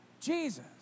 Jesus